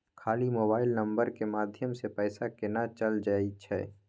खाली mobile number के माध्यम से पैसा केना चल जायछै?